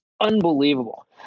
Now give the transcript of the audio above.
unbelievable